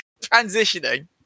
transitioning